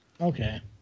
Okay